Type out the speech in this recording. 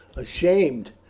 ashamed!